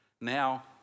now